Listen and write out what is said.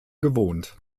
gewohnt